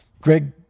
Greg